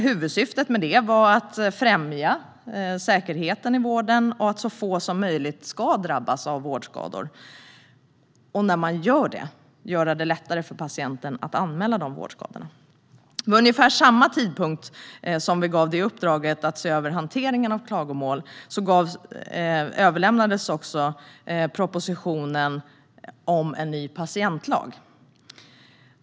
Huvudsyftet med detta var att främja säkerheten i vården för att så få som möjligt ska drabbas av vårdskador, och i det fall det ändå sker ska man göra det lättare för patienten att anmäla vårdskadorna. Vid ungefär samma tidpunkt som vi gav uppdraget att se över hanteringen av klagomål överlämnades också propositionen om en ny patientlag.